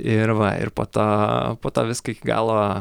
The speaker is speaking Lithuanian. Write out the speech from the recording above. ir va ir po to po to viską iki galo